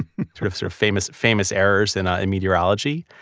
sort of sort of famous famous errors and ah in meteorology.